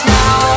now